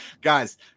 guys